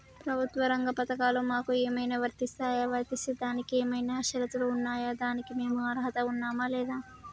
ప్రభుత్వ రంగ పథకాలు మాకు ఏమైనా వర్తిస్తాయా? వర్తిస్తే దానికి ఏమైనా షరతులు ఉన్నాయా? దానికి మేము అర్హత ఉన్నామా లేదా?